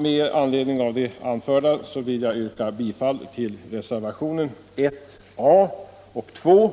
Med anledning av det anförda vill jag yrka bifall till reservationerna 1 a och 2.